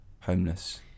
homeless